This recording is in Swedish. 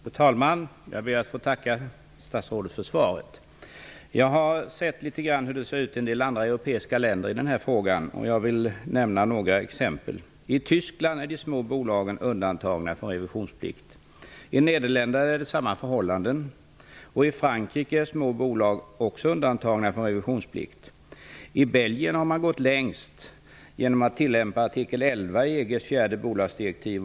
Fru talman! Jag ber att få tacka statsrådet för svaret. Jag har sett litet grand på hur det ser ut i en del andra europeiska länder när det gäller den här frågan. Jag vill nämna några exempel. I Tyskland är de små bolagen undantagna från revisionplikt. I Nederländerna är det samma förhållanden. I Frankrike är små bolag också undandtagna från revisionsplikt. I Belgien har man gått längst genom att tillämpa artikel 11 i EG:s fjärde bolagsdirektiv.